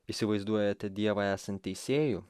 įsivaizduojate dievą esan teisėju